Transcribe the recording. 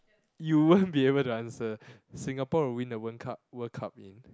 you won't be able to answer Singapore will win the World-Cup World-Cup in